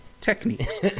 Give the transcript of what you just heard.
techniques